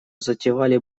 затевали